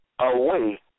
away